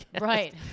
Right